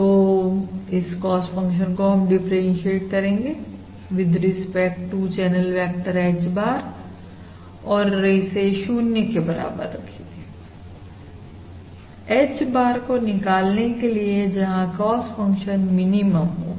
तो इस cost function को हम डिफरेंसीएट करेंगे with respect to channel vector H bar और इसे 0 के बराबर रखेंगे H bar को निकालने के लिए जहां कॉस्ट फंक्शन मिनिमम होगा